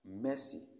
mercy